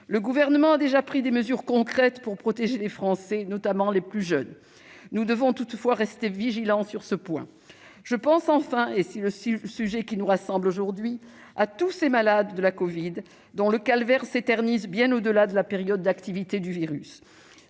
Le Gouvernement a déjà pris des mesures concrètes pour protéger les Français, notamment les plus jeunes. Nous devons toutefois rester vigilants sur ce point. Je pense enfin- c'est le sujet qui nous rassemble aujourd'hui -à tous ces malades de la covid dont le calvaire s'éternise bien au-delà de la période d'activité du virus.